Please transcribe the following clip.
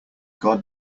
god